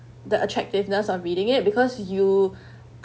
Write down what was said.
the attractiveness of reading it because you